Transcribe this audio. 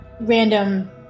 random